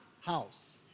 house